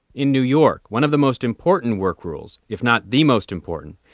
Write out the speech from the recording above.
in new york, one of the most important work rules, if not the most important,